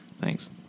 Thanks